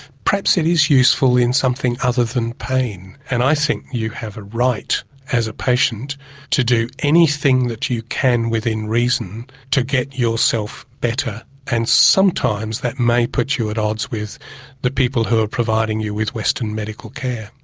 perhaps it is useful in something other than pain. and i think you have a right as a patient to do anything that you can within reason to get yourself better and sometimes that may put you at odds with the people who are providing you with western medical care.